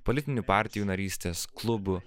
politinių partijų narystės klubų